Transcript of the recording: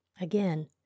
Again